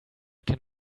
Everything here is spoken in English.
can